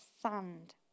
sand